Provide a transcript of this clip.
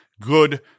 good